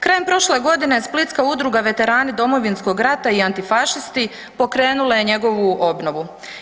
Krajem prošle godine, splitska udruga veterani Domovinskog rata i antifašisti pokrenula je njegovu obnovu.